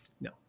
No